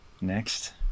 next